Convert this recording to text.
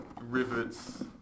rivets